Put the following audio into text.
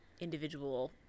individual